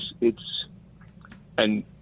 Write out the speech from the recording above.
it's—and